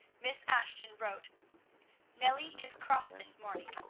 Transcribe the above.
miss ashton wrote nellie is cross this morning.